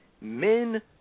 Men